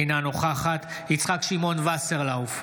אינה נוכחת יצחק שמעון וסרלאוף,